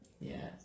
Yes